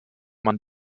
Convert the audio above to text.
man